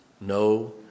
no